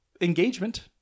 engagement